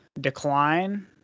decline